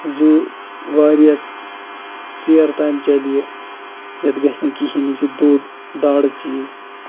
زِو واریاہ ژیرٕ تامۍ چَلہِ یہِ یَتھ گَژھِ نہٕ کِہیٖنۍ یہِ چھُ دوٚر دارٕ چیٖز